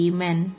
Amen